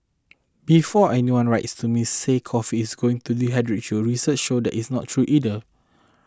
before anyone writes to me say coffee is going to dehydrate you research shows that is not true either